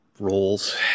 roles